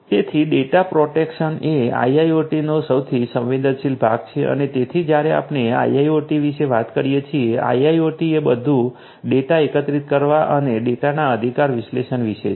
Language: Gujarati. તેથી ડેટા પ્રોટેક્શન એ આઈઆઈઓટી નો સૌથી સંવેદનશીલ ભાગ છે અને તેથી જ્યારે આપણે આઈઆઈઓટી વિશે વાત કરીએ છીએ આઈઆઈઓટી તે બધું ડેટા એકત્રિત કરવા અને ડેટાના અધિકાર વિશ્લેષણ વિશે છે